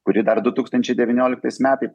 kuri dar du tūkstančiai devyniolikais metai